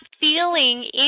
feeling